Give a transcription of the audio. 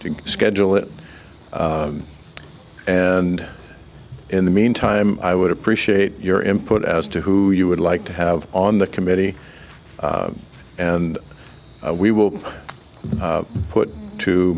to schedule it and in the meantime i would appreciate your input as to who you would like to have on the committee and we will put to